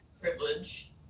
privilege